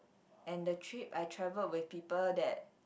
and the trip I travelled with people that